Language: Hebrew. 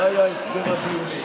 זה היה הסדר הדיונים.